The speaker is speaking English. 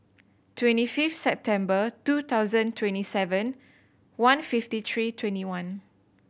twenty fifth September two thousand twenty seven one fifty three twenty one